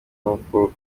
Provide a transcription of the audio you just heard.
uko